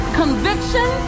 conviction